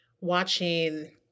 watching